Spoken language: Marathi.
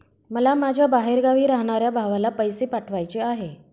मला माझ्या बाहेरगावी राहणाऱ्या भावाला पैसे पाठवायचे आहे